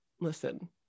listen